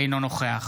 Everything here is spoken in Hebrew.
אינו נוכח